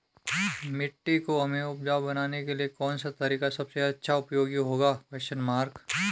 मिट्टी को हमें उपजाऊ बनाने के लिए कौन सा तरीका सबसे अच्छा उपयोगी होगा?